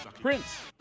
Prince